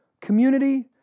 community